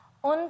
Und